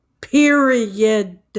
Period